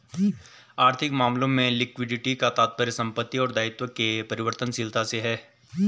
आर्थिक मामलों में लिक्विडिटी का तात्पर्य संपत्ति और दायित्व के परिवर्तनशीलता से है